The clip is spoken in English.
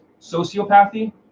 sociopathy